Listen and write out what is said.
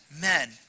men